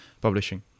publishing